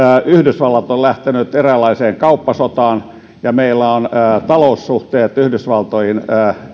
yhdysvallat on lähtenyt eräänlaiseen kauppasotaan ja meillä ovat taloussuhteet yhdysvaltoihin